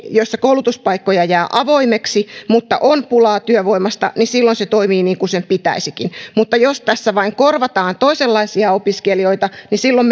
joissa koulutuspaikkoja jää avoimiksi mutta on pulaa työvoimasta niin silloin se toimii niin kuin sen pitäisikin mutta jos tässä vain korvataan toisenlaisilla opiskelijoilla niin silloin